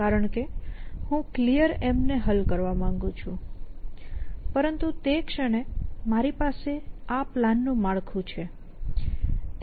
કારણ કે હું Clear ને હલ કરવા માંગું છું પરંતુ તે ક્ષણે મારી પાસે આ પ્લાનનું માળખું છે